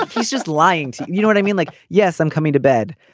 he's just lying. you know what i mean. like yes i'm coming to bed.